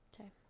Okay